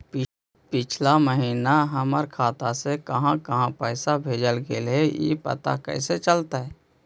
पिछला महिना हमर खाता से काहां काहां पैसा भेजल गेले हे इ कैसे पता चलतै?